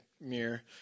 mirror